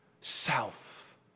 Self